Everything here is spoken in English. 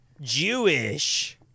jewish